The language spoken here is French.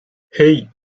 hey